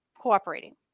cooperating